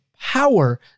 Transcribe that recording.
power